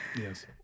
yes